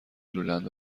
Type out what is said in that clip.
لولند